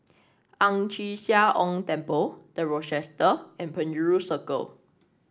Ang Chee Sia Ong Temple The Rochester and Penjuru Circle